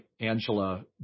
Angela